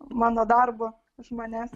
mano darbo iš manęs